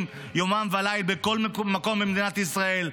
יומם ולילה בכל מקום במדינת ישראל.